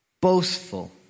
boastful